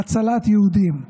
להצלת יהודים.